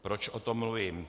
Proč o tom mluvím?